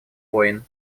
войн